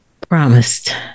promised